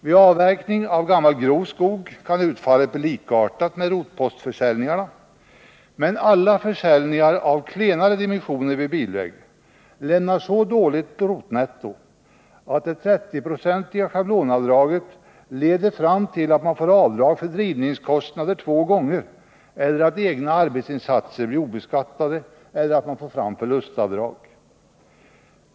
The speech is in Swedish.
Vid avverkning av gammal grov skog kan utfallet bli likartat med det vid rotpostförsäljningarna, men alla försäljningar av klenare dimensioner vid bilväg lämnar så dåligt rotnetto att det 30-procentiga schablonavdraget leder till att man får avdrag för drivningskostnader två gånger eller att egna arbetsinsatser blir obeskattade eller att man får fram förlustavdrag.